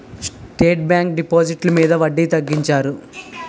state bank డిపాజిట్లు మీద వడ్డీ తగ్గించారు